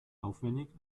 aufwendig